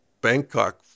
Bangkok